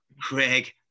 Craig